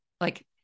like-